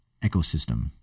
ecosystem